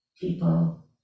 people